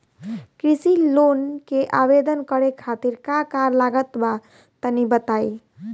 कृषि लोन के आवेदन करे खातिर का का लागत बा तनि बताई?